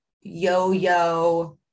yo-yo